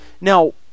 Now